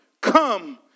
come